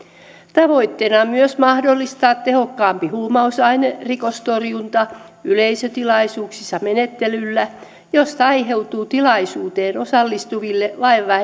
tavoitteena on myös mahdollistaa tehokkaampi huumausainerikostorjunta yleisötilaisuuksissa menettelyllä josta aiheutuu tilaisuuteen osallistuville vain